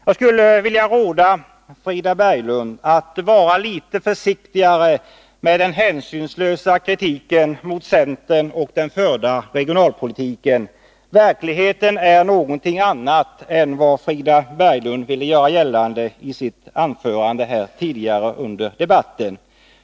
Jag skulle vilja råda Frida Berglund att vara litet försiktigare med den hänsynslösa kritiken mot centern och den förda regionalpolitiken. Verkligheten är någonting annat än vad Frida Berglund ville göra gällande i sitt anförande tidigare under debatten.